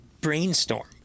brainstorm